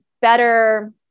better